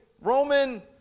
Roman